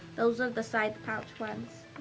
those are the side pouch ones.